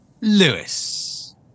Lewis